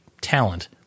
talent